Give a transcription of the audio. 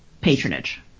patronage